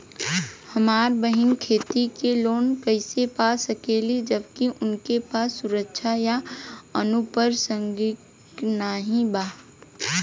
हमार बहिन खेती के लोन कईसे पा सकेली जबकि उनके पास सुरक्षा या अनुपरसांगिक नाई बा?